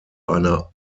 einer